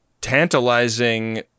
tantalizing